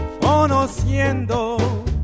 conociendo